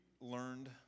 learned